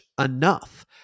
enough